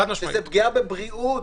שזה פגיעה בבריאות,